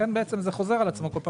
לכן זה חוזר על עצמו כל פעם.